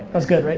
was good, right?